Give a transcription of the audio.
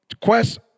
Quest